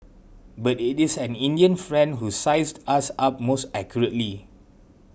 but it is an Indian friend who sized us up most accurately